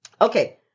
Okay